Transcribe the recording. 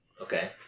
Okay